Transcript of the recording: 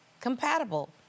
compatible